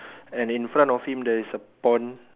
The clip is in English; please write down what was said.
and in front of him there is a pond